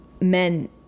men